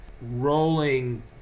rolling